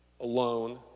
alone